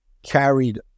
carried